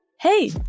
Hey